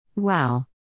Wow